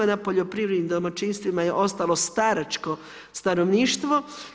Na poljoprivrednim domaćinstvima je ostalo staračko stanovništvo.